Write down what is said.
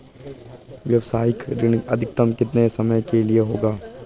व्यावसायिक ऋण अधिकतम कितने समय के लिए होगा?